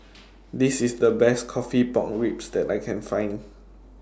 This IS The Best Coffee Pork Ribs that I Can Find